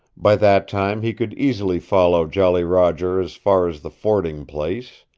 by that time he could easily follow jolly roger as far as the fording-place,